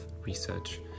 research